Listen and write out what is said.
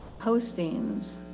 postings